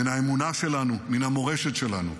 מן האמונה שלנו, מן המורשת שלנו.